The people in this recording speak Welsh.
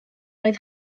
oedd